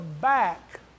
back